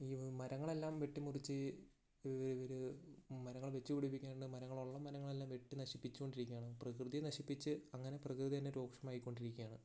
ഈ മരങ്ങളെല്ലാം വെട്ടിമുറിച്ച് ഇവര് മരങ്ങള് വെച്ചുപിടിപ്പിക്കാണ്ട് മരങ്ങള് ഉള്ള മരങ്ങളെല്ലാം വെട്ടി നശിപ്പിച്ചുകൊണ്ടിരിക്കുകയാണ് പ്രകൃതിയെ നശിപ്പിച്ച് അങ്ങനെ പ്രകൃതി തന്നെ രോക്ഷമായിക്കൊണ്ടിരിക്കുകയാണ്